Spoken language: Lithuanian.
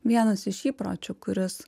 vienas iš įpročių kuris